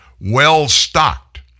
well-stocked